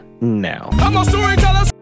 now